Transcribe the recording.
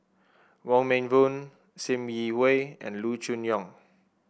Wong Meng Voon Sim Yi Hui and Loo Choon Yong